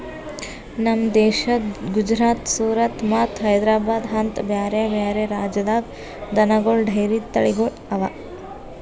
ನಮ್ ದೇಶದ ಗುಜರಾತ್, ಸೂರತ್ ಮತ್ತ ಹೈದ್ರಾಬಾದ್ ಅಂತ ಬ್ಯಾರೆ ಬ್ಯಾರೆ ರಾಜ್ಯದಾಗ್ ದನಗೋಳ್ ಡೈರಿ ತಳಿಗೊಳ್ ಅವಾ